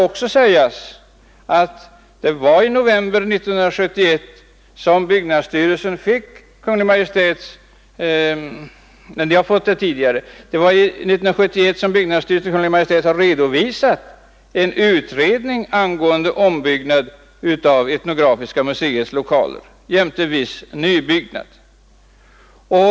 I november 1971 redovisade byggnadsstyrelsen en utredning angående ombyggnad av etnografiska museets lokaler jämte viss nybyggnad.